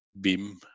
BIM